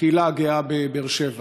הקהילה הגאה, בבאר-שבע.